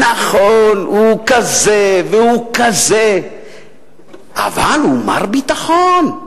נכון, הוא כזה והוא כזה, אבל הוא מר ביטחון.